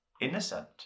innocent